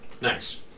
nice